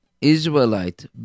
Israelite